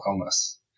illness